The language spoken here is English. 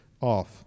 off